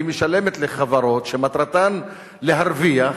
משלמת לחברות שמטרתן להרוויח,